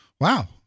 wow